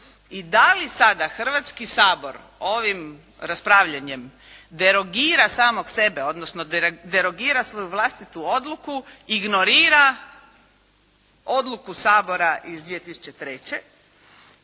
i da li sada Hrvatski sabor ovim raspravljanjem derogira samog sebe, odnosno derogira svoju vlastitu odluku, ignorira odluku Sabora iz 2003.